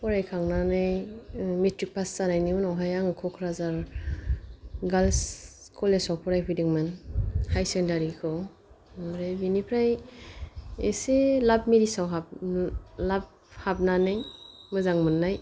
फरायखांनानै matric pass जानायनि उनावहाय आं कक्राझार गार्ल्स कलेजाव फरायफैदोंमोन हाइर सेकेन्डारि खौ ओमफ्राय बेनिफ्राय एसे लाभ मेरिजाव हाब लाब हाबनानै मोजां मोननाय